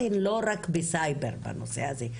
ההכשרות הן לא רק בסייבר בנושא הזה,